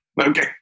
Okay